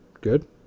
Good